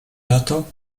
lato